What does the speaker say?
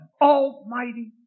almighty